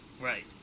Right